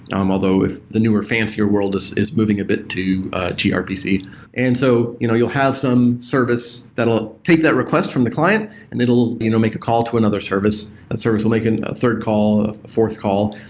um although if the newer fancier world is is moving a bit to to grpc. and so you know you'll have some service that will take that request from the client and it will you know make a call to another service. that service will make and a third call, a fourth call,